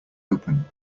open